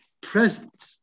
present